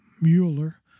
Mueller